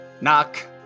knock